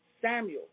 Samuel